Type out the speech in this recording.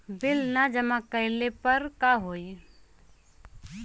Bill न जमा कइले पर का होई?